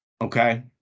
Okay